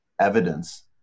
evidence